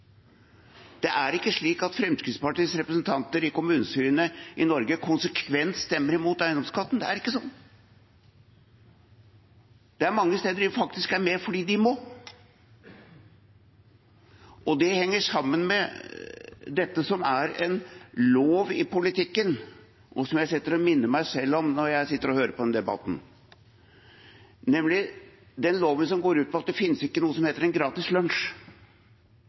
Det er ikke slik at Fremskrittspartiets representanter i kommunestyrene i Norge konsekvent stemmer imot eiendomsskatten. Det er ikke sånn. Det er mange steder de faktisk er med fordi de må. Det henger sammen med det som er en lov i politikken, og som jeg minner meg selv på når jeg sitter og hører på denne debatten, nemlig den loven som går ut på at det ikke finnes noe som heter en gratis